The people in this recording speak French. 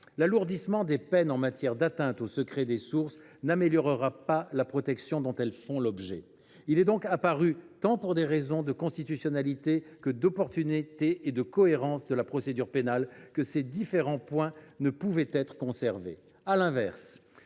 l’alourdissement des peines en matière d’atteinte au secret des sources n’améliorera pas la protection dont ces dernières font l’objet. Il est donc apparu, pour des raisons tant de constitutionnalité que d’opportunité et de cohérence de la procédure pénale, que ces différents points ne pouvaient être conservés.